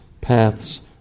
paths